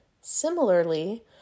Similarly